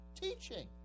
teaching